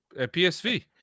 PSV